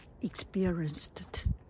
experienced